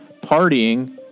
partying